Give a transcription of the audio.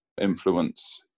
influence